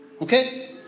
Okay